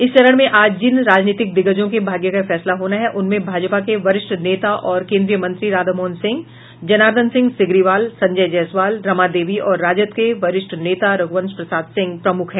इस चरण में आज जिन राजनीतिक दिग्गजों के भाग्य का फैसला होना है उनमें भाजपा के वरिष्ठ नेता और केन्द्रीय मंत्री राधामोहन सिंह जनार्दन सिंह सिग्रीवाल संजय जयसवाल रमा देवी और राजद के वरिष्ठ नेता रघुवंश प्रसाद सिंह प्रमुख हैं